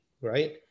right